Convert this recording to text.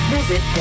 Visit